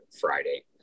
Friday